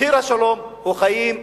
מחיר השלום הוא חיים,